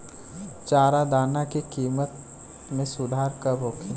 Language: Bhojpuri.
चारा दाना के किमत में सुधार कब होखे?